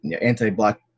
anti-black